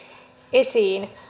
esiin